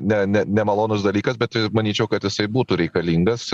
ne ne nemalonus dalykas bet manyčiau kad jisai būtų reikalingas